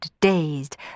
dazed